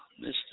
Mr